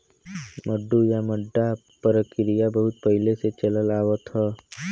मड्डू या मड्डा परकिरिया बहुत पहिले से चलल आवत ह